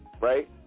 Right